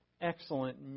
excellent